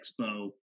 Expo